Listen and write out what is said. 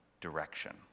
direction